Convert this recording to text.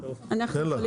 תן לה.